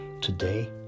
today